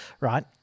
right